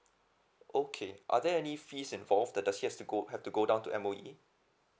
okay are there any fees and forth the does he has to go have to go down to M_O_E